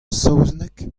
saozneg